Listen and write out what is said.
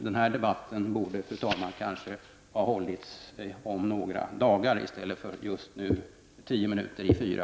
Den här debatten borde kanske, fru talman, ha hållits om några dagar i stället för just nu, tio minuter i fyra.